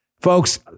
Folks